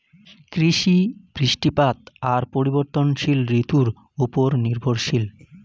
কৃষি, বৃষ্টিপাত আর পরিবর্তনশীল ঋতুর উপর নির্ভরশীল